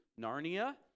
Narnia